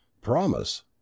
promise